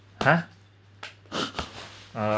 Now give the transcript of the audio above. ha uh